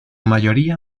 mayoría